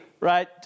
Right